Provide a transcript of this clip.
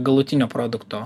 galutinio produkto